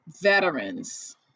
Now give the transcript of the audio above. veterans